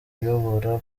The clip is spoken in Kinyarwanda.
uyobora